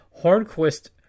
Hornquist